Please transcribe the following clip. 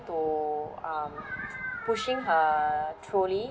to um pushing her trolley